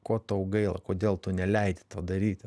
ko tau gaila kodėl tu neleidi to daryt